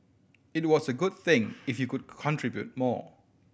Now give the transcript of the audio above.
it was a good thing if you could contribute more